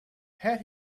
had